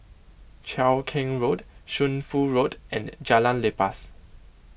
Cheow Keng Road Shunfu Road and Jalan Lepas